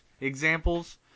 examples